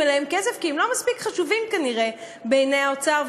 להם כסף כי הם לא מספיק חשובים כנראה בעיני האוצר,